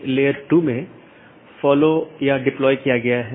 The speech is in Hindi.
तो यह एक सीधे जुड़े हुए नेटवर्क का परिदृश्य हैं